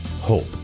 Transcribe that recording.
hope